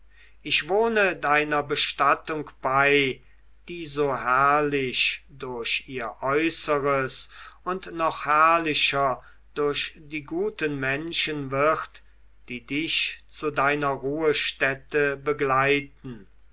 ich wohne deiner bestattung bei die so herrlich durch ihr äußeres und noch herrlicher durch die guten menschen wird die dich zu deiner ruhestätte begleiten